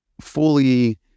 fully